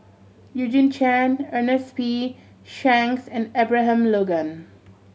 Eugene Chen Ernest P Shanks and Abraham Logan